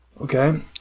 Okay